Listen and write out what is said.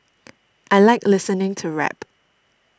I like listening to rap